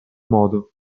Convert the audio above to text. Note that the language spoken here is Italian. modo